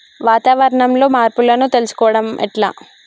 వాతావరణంలో మార్పులను తెలుసుకోవడం ఎట్ల?